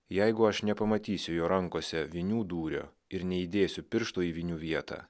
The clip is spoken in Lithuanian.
jeigu aš nepamatysiu jo rankose vinių dūrio ir neįdėsiu piršto į vinių vietą